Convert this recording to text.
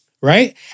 right